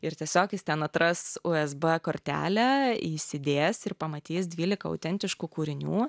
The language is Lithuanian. ir tiesiog jis ten atras usb kortelę įsidės ir pamatys dvyliką autentiškų kūrinių